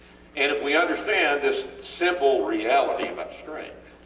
and if we understand this simple reality about strength,